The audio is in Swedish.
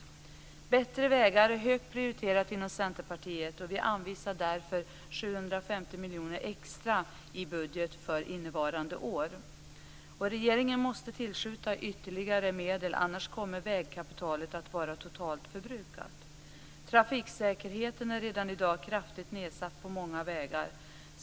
Bättre vägar är högt prioriterat inom Centerpartiet. Vi anvisar därför 750 miljoner extra i budget för innevarande år. Regeringen måste tillskjuta ytterligare medel. Annars kommer vägkapitalet att vara totalt förbrukat. Trafiksäkerheten är redan i dag kraftigt nedsatt på många vägar.